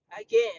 again